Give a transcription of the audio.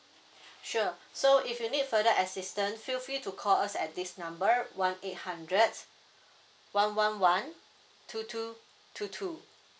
sure so if you need further assistant feel free to call us at this number one eight hundred one one one two two two two